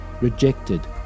rejected